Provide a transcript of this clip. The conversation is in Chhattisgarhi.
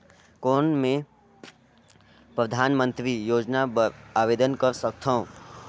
कौन मैं परधानमंतरी योजना बर आवेदन कर सकथव?